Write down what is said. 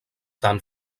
tant